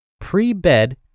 pre-bed